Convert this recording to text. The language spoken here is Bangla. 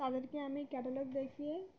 তাদেরকে আমি ক্যাটালগ দেখিয়ে